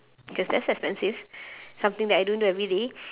because that's expensive something that I don't do every day